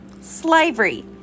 Slavery